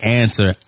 answer